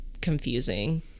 confusing